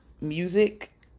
music